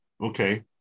Okay